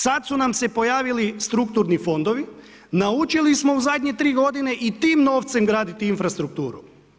Sada su nam se pojavili strukturni fondovi, naučili smo u zadnje tri godine i tim novcem graditi infrastrukturu.